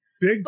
Big